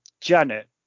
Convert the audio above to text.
Janet